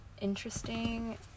interesting